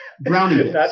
Brownie